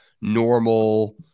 normal